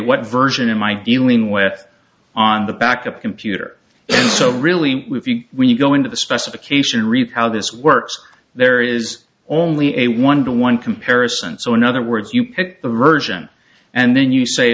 what version in my dealing with on the backup computer so really when you go into the specification retired this work there is only a wonder one comparison so in other words you pick the urgent and then you say